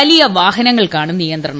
വലിയ വാഹനങ്ങൾക്കാണ് നിയന്ത്രണം